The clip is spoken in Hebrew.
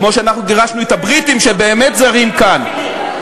כמו שאנחנו גירשנו את הבריטים שבאמת זרים כאן,